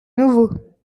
nouveau